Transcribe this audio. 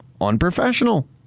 unprofessional